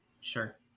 Sure